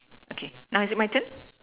okay now is it my turn